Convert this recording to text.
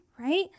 Right